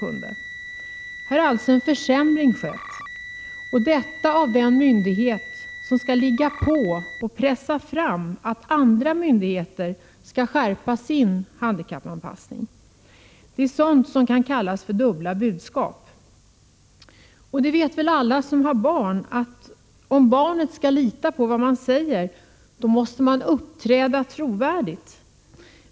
Här har alltså en försämring skett och detta genom den myndighet som skall ligga på och pressa fram att andra myndigheter skall skärpa sin handikappanpassning. Det är sådant som kan kallas för dubbla budskap. Det vet väl alla som har barn att om barnet skall kunna lita på vad man säger måste man uppträda trovärdigt.